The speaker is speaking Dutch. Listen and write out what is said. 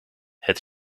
het